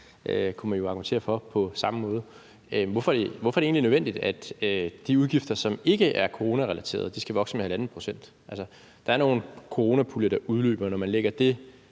den mest ødsle regering nogen sinde. Hvorfor er det egentlig nødvendigt, at de udgifter, som ikke er coronarelateret, skal vokse med halvanden procent? Der er nogle coronapuljer, der udløber, og når man lægger det